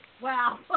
Wow